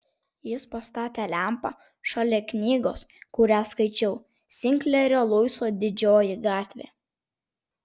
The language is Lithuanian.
jis pastatė lempą šalia knygos kurią skaičiau sinklerio luiso didžioji gatvė